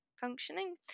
functioning